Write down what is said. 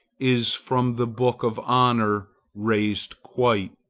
is from the book of honor razed quite,